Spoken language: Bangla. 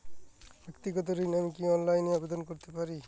ব্যাক্তিগত ঋণ আমি কি অনলাইন এ আবেদন করতে পারি?